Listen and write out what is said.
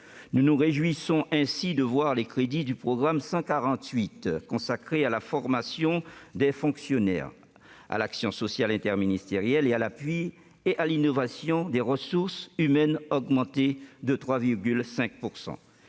Nous nous réjouissons ainsi de voir les crédits du programme 148, consacré à la formation des fonctionnaires, à l'action sociale interministérielle et à l'appui et à l'innovation des ressources humaines, augmenter de 3,5 %.